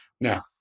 Now